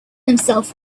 himself